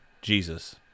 jesus